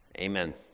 amen